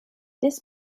this